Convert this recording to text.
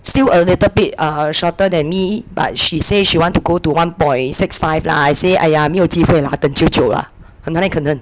still a little bit err shorter than me but she say she want to go to one point six five lah I say !aiya! 没有机会 lah 等久久 lah 哪里可能